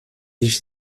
ich